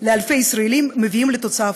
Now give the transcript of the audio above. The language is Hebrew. של אלפי ישראלים, מביאים לתוצאה הפוכה.